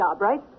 right